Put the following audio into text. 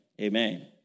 Amen